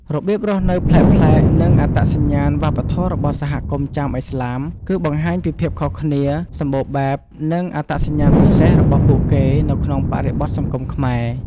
របៀបរស់នៅប្លែកៗ និងអត្តសញ្ញាណវប្បធម៌របស់សហគមន៍ចាមឥស្លាម គឺបង្ហាញពីភាពខុសគ្នា សម្បូរបែប និងអត្តសញ្ញាណពិសេសរបស់ពួកគេនៅក្នុងបរិបទសង្គមខ្មែរ។